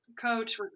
Coach